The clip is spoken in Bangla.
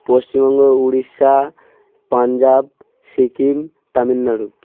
পশ্চিমবঙ্গ উড়িষ্যা পাঞ্জাব সিকিম তামিলনাড়ু